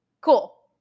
cool